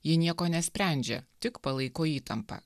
ji nieko nesprendžia tik palaiko įtampą